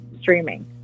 streaming